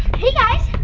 hey guys,